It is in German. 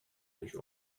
durch